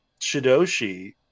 Shidoshi